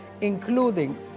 including